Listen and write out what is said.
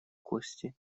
кости